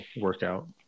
workout